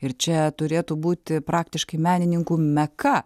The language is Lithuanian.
ir čia turėtų būti praktiškai menininkų meka